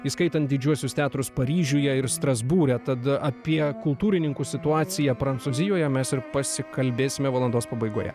įskaitant didžiuosius teatrus paryžiuje ir strasbūre tad apie kultūrininkų situaciją prancūzijoje mes ir pasikalbėsime valandos pabaigoje